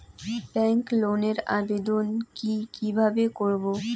Bank লোনের আবেদন কি কিভাবে করব?